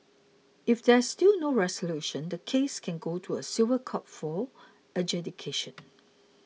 if there is still no resolution the case can go to a civil court for adjudication